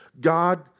God